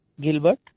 Gilbert